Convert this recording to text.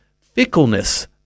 fickleness